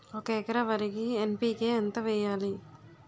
ఒక ఎకర వరికి N P K ఎంత వేయాలి?